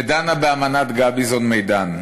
ודנו באמנת גביזון-מדן.